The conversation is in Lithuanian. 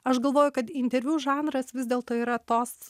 aš galvoju kad interviu žanras vis dėlto yra tos